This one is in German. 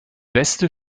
beste